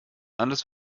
alles